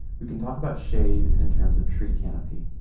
we can talk about shade in terms of tree canopy,